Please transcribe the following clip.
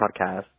podcast